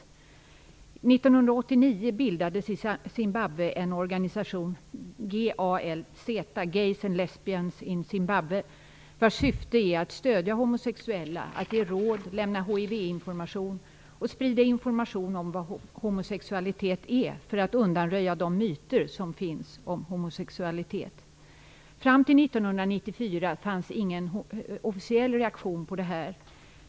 1989 bildades i Zimbabwe en organisation, GALZ, Gays and Lesbians in Zimbabwe, vars syfte är att stödja homosexuella, ge råd, lämna hiv-information och sprida information om vad homosexualitet är för att undanröja de myter som finns om homosexualitet. Fram till 1994 fanns ingen officiell reaktion på detta.